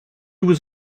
was